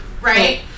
right